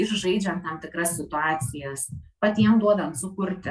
ir žaidžiant tam tikras situacijas patiem duodant sukurti